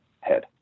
head